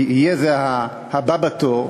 יהיה זה הבא בתור,